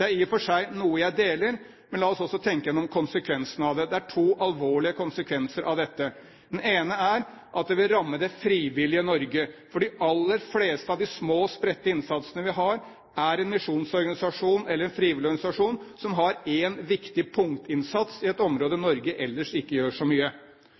Det er i og for seg et syn jeg deler, men la oss også tenke igjennom konsekvensene av det. Det er to alvorlige konsekvenser av dette. Den ene er at det vil ramme det frivillige Norge. For de aller fleste av de små, spredte innsatsene vi har, er en misjonsorganisasjon eller en frivillig organisasjon som har én viktig punktinnsats i et område der Norge ellers ikke gjør så mye.